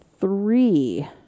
three